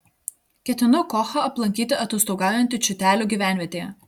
ketinu kochą aplankyti atostogaujantį čiūtelių gyvenvietėje